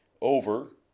over